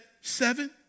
seven